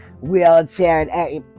wheelchair